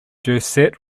josette